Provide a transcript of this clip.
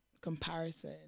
comparison